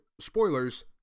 spoilers